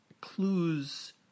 clues